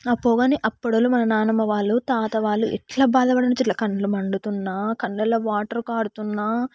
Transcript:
ఆ పొగని అప్పుటి వాళ్ళు మన నానమ్మ వాళ్ళు తాత వాళ్ళు ఎట్లా బాధ పడుతుండే ఇట్లా కండ్లు మండుతున్నా కళ్ళలో వాటర్ కారుతున్న